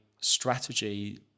strategy